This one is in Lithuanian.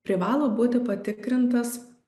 privalo būti patikrintas